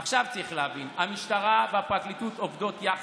עכשיו, צריך להבין, המשטרה והפרקליטות עובדות יחד,